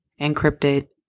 encrypted